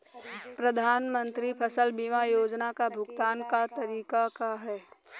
प्रधानमंत्री फसल बीमा योजना क भुगतान क तरीकाका ह?